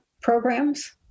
programs